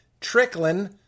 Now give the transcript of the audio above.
Trickling